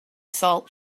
salt